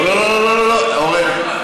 לא, לא, לא, אורן.